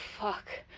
fuck